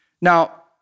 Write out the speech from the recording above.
Now